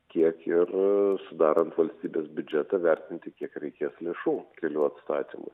kiek ir sudarant valstybės biudžetą vertinti kiek reikės lėšų kelių atstatymui